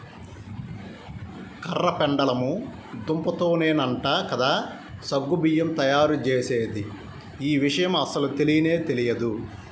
కర్ర పెండలము దుంపతోనేనంట కదా సగ్గు బియ్యం తయ్యారుజేసేది, యీ విషయం అస్సలు తెలియనే తెలియదు